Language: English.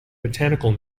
botanical